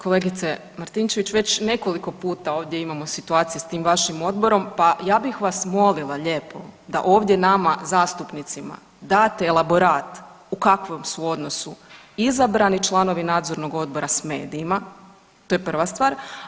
Kolegice Martinčević već nekoliko puta ovdje imamo situacije s tim vašim odborom, pa ja bih vas molila lijepo da ovdje nama zastupnicima date elaborat u kakvom su odnosu izabrani članovi nadzornog odbora s medijima, to je prva stvar.